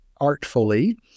artfully